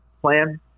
plan